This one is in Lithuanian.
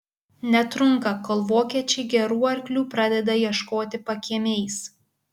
netrunka kol vokiečiai gerų arklių pradeda ieškoti pakiemiais